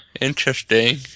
interesting